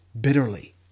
bitterly